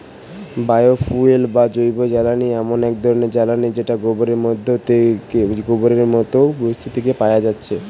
bio fuel বা জৈবজ্বালানি এমন এক ধরণের জ্বালানী যেটা গোবরের মতো বস্তু থিকে পায়া যাচ্ছে